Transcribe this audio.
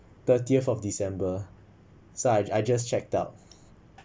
thirtieth of december so I I just checked out